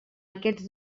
aquests